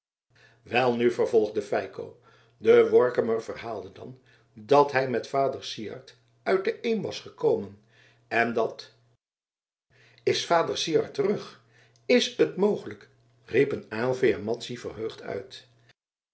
welnu vervolgde feiko de workummer verhaalde dan dat hij met vader syard uit de eem was gekomen en dat is vader syard terug is het mogelijk riepen aylva en madzy verheugd uit